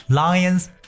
lion's